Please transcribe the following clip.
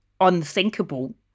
unthinkable